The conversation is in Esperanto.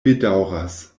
bedaŭras